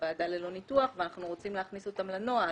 הוועדה ללא ניתוח ואנחנו רוצים להכניס אותם לנוהל.